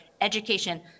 education